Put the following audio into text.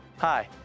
Hi